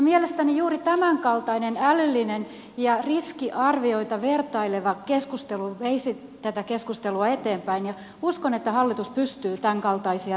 mielestäni juuri tämänkaltainen älyllinen ja riskiarvioita vertaileva keskustelu veisi tätä keskustelua eteenpäin ja uskon että hallitus pystyy tämänkaltaisia vertailuja tuottamaan